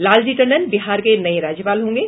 लालजी टंडन बिहार के नये राज्यपाल होंगे